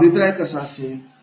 हा अभिप्राय कसा असेल